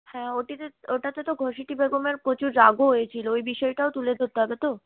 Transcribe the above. হ্যাঁ ওটিতে ওটাতে তো ঘসেটি বেগমের প্রচুর রাগও হয়েছিল ওই বিষয়টাও তুলে ধরতে হবে তো